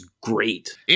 great